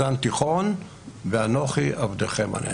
דן תיכון ואנוכי עבדכם הנאמן.